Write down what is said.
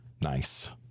nice